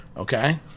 Okay